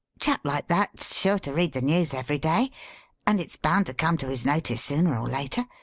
chap like that's sure to read the news every day and it's bound to come to his notice sooner or later.